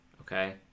okay